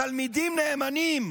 תלמידים נאמנים